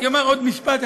אני אומַר עוד משפט אחד.